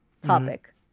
Topic